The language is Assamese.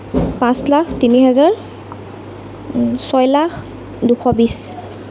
পাঁচ লাখ তিনি হাজাৰ ছয় লাখ দুশ বিশ